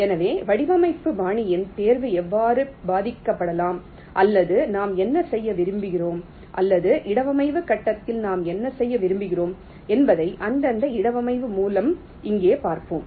எனவே வடிவமைப்பு பாணியின் தேர்வு எவ்வாறு பாதிக்கப்படலாம் அல்லது நாம் என்ன செய்ய விரும்புகிறோம் அல்லது இடவமைவு கட்டத்தில் நாம் என்ன செய்ய விரும்புகிறோம் என்பதை அந்தந்த இடவமைவு மூலம் இங்கே பார்ப்போம்